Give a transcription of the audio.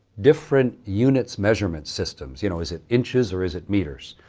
different units measurement systems you know is it inches or is it meters?